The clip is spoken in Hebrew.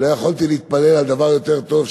לא יכולתי להתפלל על דבר יותר טוב,